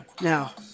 Now